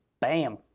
bam